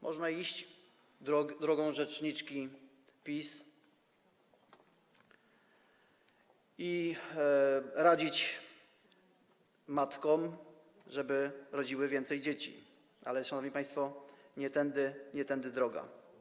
Można iść drogą rzeczniczki PiS i radzić matkom, żeby rodziły więcej dzieci, ale, szanowni państwo, nie tędy droga.